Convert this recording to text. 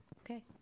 Okay